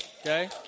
Okay